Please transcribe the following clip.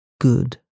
good